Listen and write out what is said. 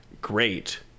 great